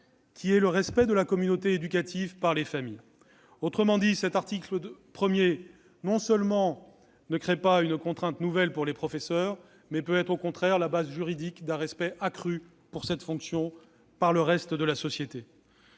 savoir le respect de la communauté éducative par les familles. Autrement dit, non seulement cet article ne crée pas de contrainte nouvelle pour les professeurs, mais il est, au contraire, le fondement juridique d'un respect accru pour cette fonction par le reste de la société.